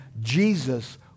Jesus